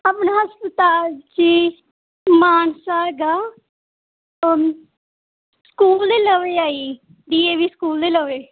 ਆਪਣਾ ਹਸਪਤਾਲ ਜੀ ਮਾਨਸਾ ਗਾ ਸਕੂਲ ਦੇ ਲਵੇ ਹੈ ਜੀ ਡੀ ਏ ਵੀ ਸਕੂਲ ਦੇ ਲਵੇ